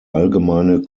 allgemeine